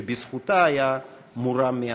שבזכותה היה מורם מהעם".